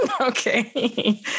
okay